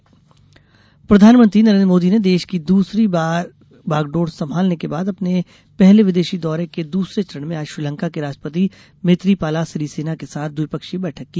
मोदी विदेश दौरा प्रधानमंत्री नरेन्द्र मोदी ने देश की दूसरी बार बागडोर संभालने के बाद अपने पहले विदेशी दौरे के दूसरे चरण में आज श्रीलंका के राष्ट्रपति मैत्रीपाला सिरीसेना के साथ द्विपक्षीय बैठक की